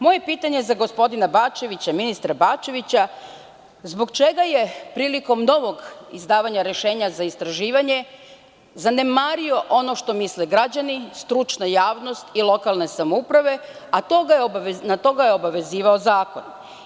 Moje pitanje je za ministra Bačevića – zbog čega je prilikom novog izdavanja rešenja za istraživanje zanemario ono što misle građani, stručna javnost i lokalne samouprave, a na to ga je obavezivao zakon?